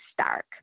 stark